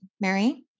Mary